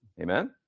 Amen